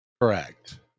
correct